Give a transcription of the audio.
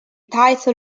title